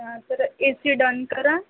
अच्छा तर A C done करा